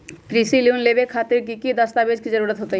कृषि लोन लेबे खातिर की की दस्तावेज के जरूरत होतई?